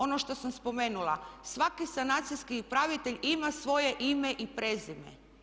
Ono što sam spomenula, svaki sanacijski upravitelj ima svoje ime i prezime.